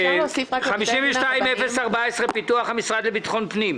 בקשה מס' 52-014 פיתוח המשרד לביטחון פנים.